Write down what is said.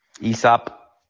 Aesop